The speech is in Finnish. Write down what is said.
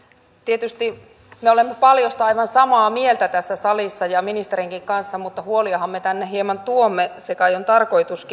tietysti me olemme paljosta aivan samaa mieltä tässä salissa ja ministerinkin kanssa mutta huoliahan me tänne hieman tuomme se kai on tarkoituskin